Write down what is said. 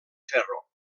ferro